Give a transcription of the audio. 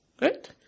Right